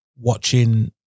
watching